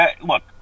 look